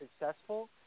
successful